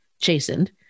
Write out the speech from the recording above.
chastened